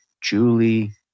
Julie